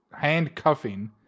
handcuffing